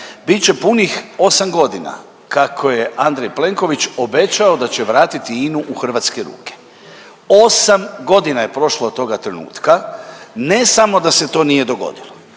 će punih 8 godina kako je Andrej Plenković obećao da će vratiti INA-u u hrvatske ruke. 8 godina je prošlo od toga trenutka, ne samo da se to nije dogodilo